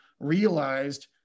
realized